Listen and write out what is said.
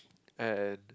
and